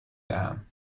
دهم